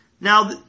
Now